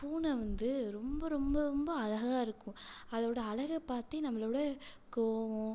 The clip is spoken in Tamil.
பூனை வந்து ரொம்ப ரொம்ப ரொம்ப அழகா இருக்கும் அதோடு அழக பார்த்தே நம்மளோடய கோபம்